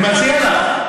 אני מציע לך.